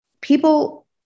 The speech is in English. people